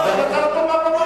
אתה לא תאמר לו מה הוא יאמר.